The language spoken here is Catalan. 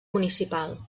municipal